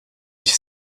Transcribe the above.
ich